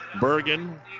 Bergen